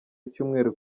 icyumweru